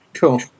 Cool